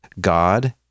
God